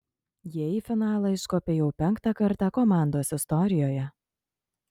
jie į finalą iškopė jau penktą kartą komandos istorijoje